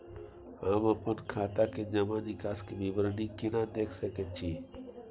हम अपन खाता के जमा निकास के विवरणी केना देख सकै छी?